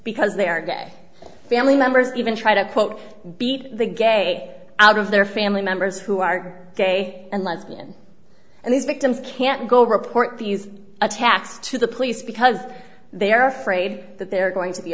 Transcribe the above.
because they are gay family members even try to quote beat the gay out of their family members who are gay and lesbian and these victims can't go report these attacks to the police because they are afraid that they're going to be